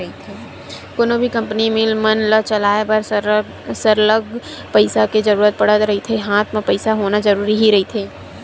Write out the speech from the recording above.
कोनो भी company, mill मन ल चलाय बर सरलग पइसा के जरुरत पड़त रहिथे हात म पइसा होना जरुरी ही रहिथे